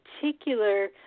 particular